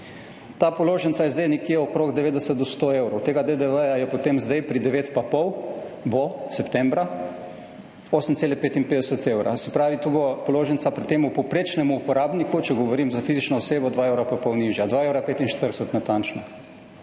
Ta položnica je zdaj nekje okoli 90 do 100 evrov tega DDV – 9,5 % in bo septembra 8,55 evra. Se pravi bo položnica pri tem povprečnemu uporabniku, če govorim za fizično osebo, 2,5 evra nižja, natančno